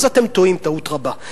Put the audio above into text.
אתם טועים טעות רבה,